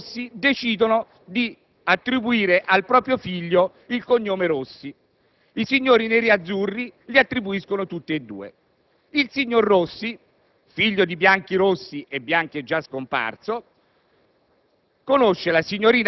I signori Bianchi-Rossi decidono di attribuire al proprio figlio il cognome Rossi; i signori Neri-Azzurri li attribuiscono tutti e due. Il signor Rossi, figlio di Bianchi-Rossi (e Bianchi è già scomparso),